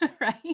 right